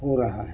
ہو رہا ہے